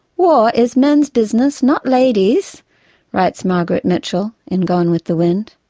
war is men's business, not ladies' writes margaret mitchell in gone with the wind.